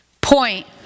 point